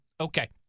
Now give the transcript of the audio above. okay